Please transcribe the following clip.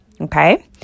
okay